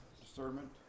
Discernment